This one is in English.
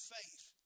faith